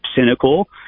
cynical